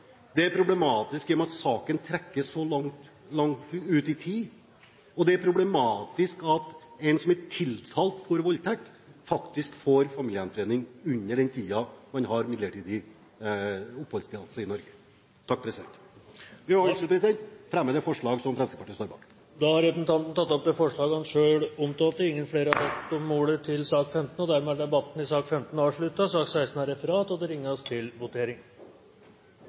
er det problematisk at det er en asylsøker som begår kriminalitet, det er problematisk at saken trekker så langt ut i tid, og det er problematisk at en som er tiltalt for voldtekt, faktisk får familiegjenforening i den tiden han har midlertidig oppholdstillatelse i Norge. Jeg vil fremme det forslaget som Fremskrittspartiet står bak i innstillingen. Representanten Per Sandberg har tatt opp det forslaget han refererte til. Flere har ikke bedt om ordet til sak nr. 15. Vi er klare til å gå til votering.